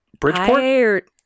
Bridgeport